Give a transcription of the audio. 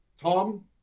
Tom